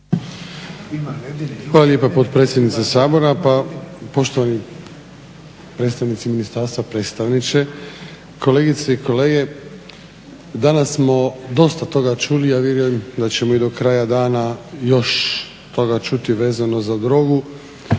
Hvala lijepa potpredsjednice Sabora. Poštovani predstavnici ministarstava, predstavniče, kolegice i kolege! Danas smo dosta toga čuli i ja vjerujem da ćemo do kraja dana puno toga čuti vezano za drogu.